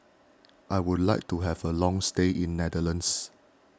I would like to have a long stay in Netherlands